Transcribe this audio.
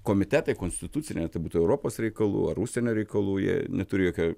komitetai konstituciniai ar tai būtų europos reikalų ar užsienio reikalų jie neturi jokio